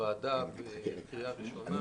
לוועדה בקריאה ראשונה,